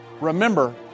remember